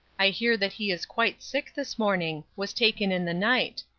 i hear that he is quite sick this morning was taken in the night.